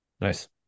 nice